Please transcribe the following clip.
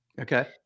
okay